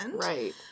Right